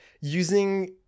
using